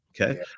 Okay